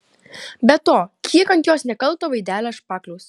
be to kiek ant jos nekalto veidelio špakliaus